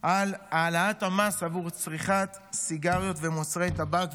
על העלאת המס עבור צריכת סיגריות ומוצרי טבק,